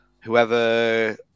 whoever